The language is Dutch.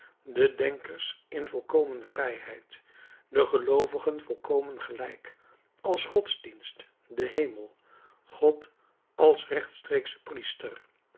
de denkers in volkomen vrijheid de geloovigen volkomen gelijk als godsdienst den hemel god als rechtstreeksch priester